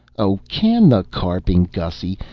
oh, can the carping, gussy.